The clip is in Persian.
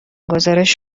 گزارش